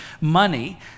money